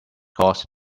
costs